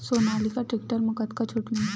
Sonalika tractor म कतका छूट मिलही?